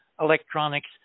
electronics